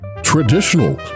traditional